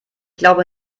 glaube